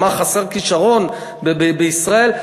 מה, חסר כישרון בישראל?